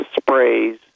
sprays